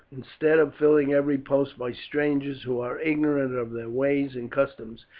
instead of filling every post by strangers who are ignorant of their ways and customs,